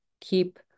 keep